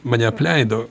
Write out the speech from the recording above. mane apleido